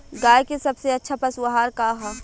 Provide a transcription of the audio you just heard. गाय के सबसे अच्छा पशु आहार का ह?